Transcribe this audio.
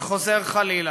וחוזר חלילה".